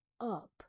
up